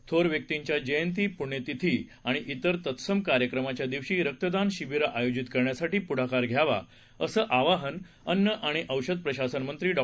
थोर व्यक्तींच्या जयंती पुण्यतिथी आणि तिर तत्सम कार्यक्रमाच्या दिवशी रक्तदान शिबीरं आयोजित करण्यासाठी पुढाकार घ्यावा असं आवाहन अन्न आणि औषध प्रशासनमंत्री डॉ